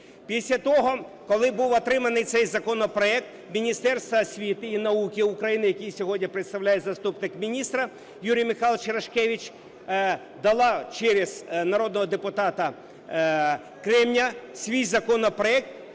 Після того, коли був отриманий цей законопроект, Міністерство освіти і науки України, яке сьогодні представляє заступник міністра Юрій Михайлович Рашкевич, дало через народного депутата Кременя свій законопроект.